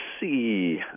see